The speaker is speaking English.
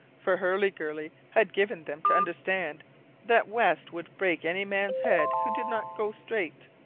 for hurliguerly had given them to understand that west would break any man's head who did not go straight.